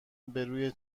بروی